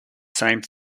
same